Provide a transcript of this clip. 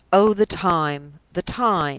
oh, the time! the time!